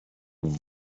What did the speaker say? what